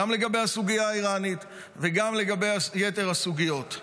גם לגבי הסוגיה האיראנית וגם לגבי יתר הסוגיות.